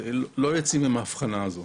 לא יוצאים עם האבחנה הזו.